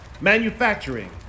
manufacturing